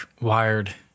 wired